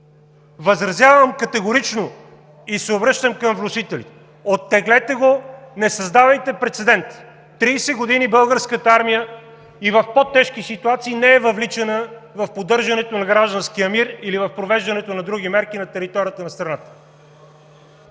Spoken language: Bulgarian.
Възразявам категорично и се обръщам към вносителите: оттеглете го, не създавайте прецедент! Българската армия 30 години и в по-тежки ситуации не е въвличана в поддържането на гражданския мир или в провеждането на други мерки на територията на страната.